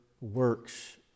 works